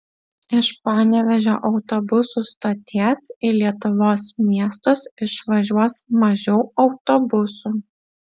iš panevėžio autobusų stoties į lietuvos miestus išvažiuos mažiau autobusų